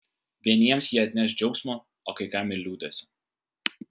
vieniems jie atneš džiaugsmo o kai kam ir liūdesio